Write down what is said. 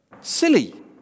silly